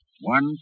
One